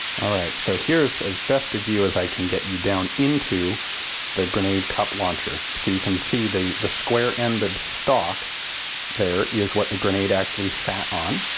alright, so here's as best a view as i can get you down into the grenade cup launcher. so you can see the the square-ended stalk there is what the grenade actually sat on.